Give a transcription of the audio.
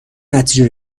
نتیجه